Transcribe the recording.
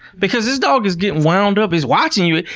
because this dog is getting wound up, he's watching you.